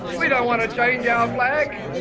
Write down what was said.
we don't want to change our flag,